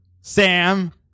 Sam